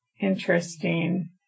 Interesting